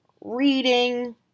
reading